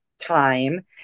time